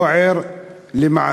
לא ער למעשיו.